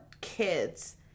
kids